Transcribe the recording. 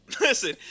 Listen